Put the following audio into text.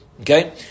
Okay